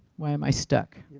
why am i stuck.